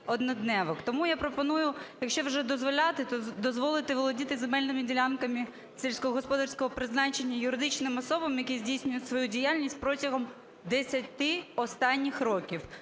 Тому я пропоную, якщо вже дозволяти, то дозволити володіти земельними ділянками сільськогосподарського призначення юридичним особам, які здійснюють свою діяльність протягом 10 останніх років.